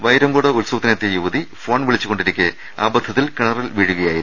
വൈരങ്കോട് ഉത്സവത്തിനെത്തിയ യുവതി ഫോൺ വിളിച്ചു കൊണ്ടിരിക്കെ അബദ്ധത്തിൽ കിണറ്റിൽ വീഴുകയായിരുന്നു